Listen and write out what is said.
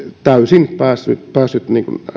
täysin päässeet päässeet